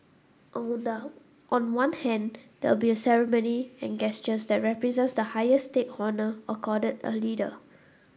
on the on one hand there will be a ceremony and gestures that represents the highest state honour accorded a leader